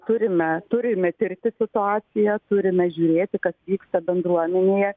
turime turime tirti situaciją turime žiūrėti kas vyksta bendruomenėje